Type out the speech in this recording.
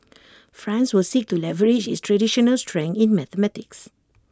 France were seek to leverage its traditional strength in mathematics